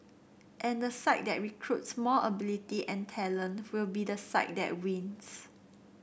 and the side that recruits more ability and talent will be the side that wins